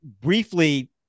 briefly